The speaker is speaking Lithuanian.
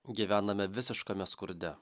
gyvename visiškame skurde